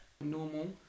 normal